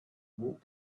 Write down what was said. walked